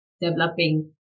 developing